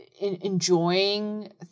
enjoying